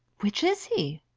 which is he?